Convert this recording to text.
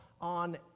on